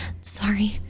Sorry